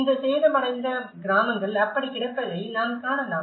இந்த சேதமடைந்த கிராமங்கள் அப்படி கிடப்பதை நாம் காணலாம்